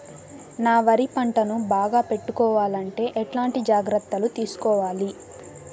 నా వరి పంటను బాగా పెట్టుకోవాలంటే ఎట్లాంటి జాగ్రత్త లు తీసుకోవాలి?